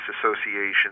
association